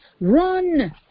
Run